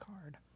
card